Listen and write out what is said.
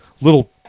little